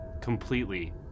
completely